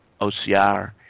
OCR